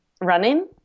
Running